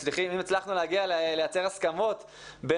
מצליחה לייצר הסכמות.